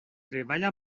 treballa